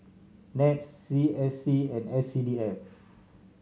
NETS C S C and S C D F